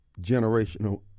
generational